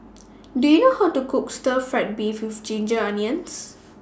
Do YOU know How to Cook Stir Fry Beef with Ginger Onions